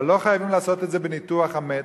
אבל לא חייבים לעשות את זה בניתוח המת,